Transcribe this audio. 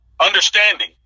understanding